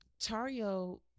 Tario